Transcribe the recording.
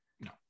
No